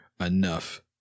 enough